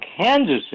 Kansas